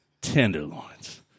tenderloins